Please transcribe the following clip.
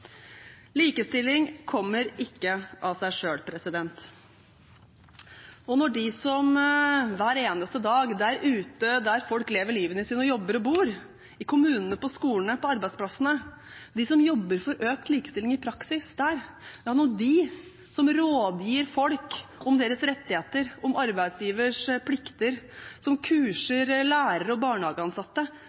Likestilling kommer ikke av seg selv. Og når de som hver eneste dag der ute, der folk lever livene sine og jobber og bor, i kommunene, på skolene, på arbeidsplassene, når de jobber for økt likestilling i praksis der, rådgir folk om deres rettigheter, om arbeidsgivers plikter, kurser lærere og barnehageansatte,